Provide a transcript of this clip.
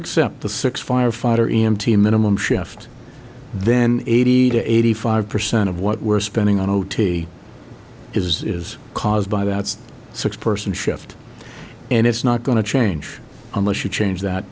accept the six firefighter in mt minimum shift then eighty to eighty five percent of what we're spending on o t is caused by that's six person shift and it's not going to change unless you change that